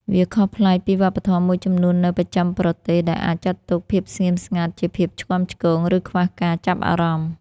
វាខុសប្លែកពីវប្បធម៌មួយចំនួននៅបស្ចិមប្រទេស ដែលអាចចាត់ទុកភាពស្ងៀមស្ងាត់ជាភាពឆ្គាំឆ្គង ឬខ្វះការចាប់អារម្មណ៍។